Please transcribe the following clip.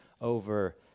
over